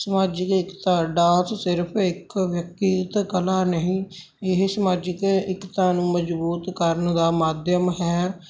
ਸਮਾਜਿਕ ਏਕਤਾ ਡਾਂਸ ਸਿਰਫ ਇੱਕ ਕਲਾ ਨਹੀਂ ਇਹ ਸਮਾਜਿਕ ਏਕਤਾ ਨੂੰ ਮਜ਼ਬੂਤ ਕਰਨ ਦਾ ਮਾਧਿਅਮ ਹੈ